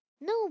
No